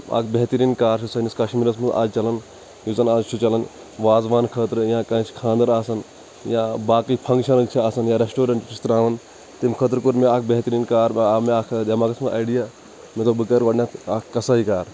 اَکھ بہتٔریٖن کار چھِ سٲنِس کَشمِیرَس منٛز آز چلان یُس زَن اَز چھُ چلان وازوان خٲطرٕ یا کٲنٛسہِ کھانٛدَر آسان یا باقٕے فَنٛگشَن چھِ آسان یا ریٚسٹورَنٹ چھِ تراوان تمہِ خٲطرٕ کوٚر مٚے اَکھ بہتٔریٖن کار آو مےٚ اَکھ دؠماغَس منٛز آیڈِیا مےٚ دُوپ بہٕ کَر گۄڈٕنیٚتھ اکھ کسٲے کار